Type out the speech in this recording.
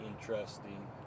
interesting